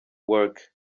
work